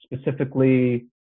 specifically